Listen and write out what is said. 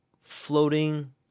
floating